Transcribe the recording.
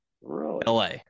LA